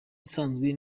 nsanzwe